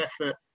effort